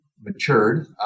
matured